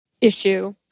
issue